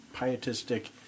pietistic